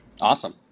Awesome